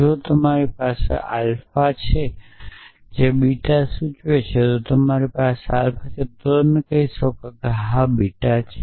જો તમારી પાસે આલ્ફા છે જે બીટા સૂચવે છે જો તમારી પાસે આલ્ફા છે તો તમે કહી શકો છો હા બીટા છે